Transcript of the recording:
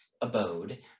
abode